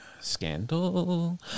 scandal